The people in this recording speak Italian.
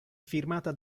firmata